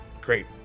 great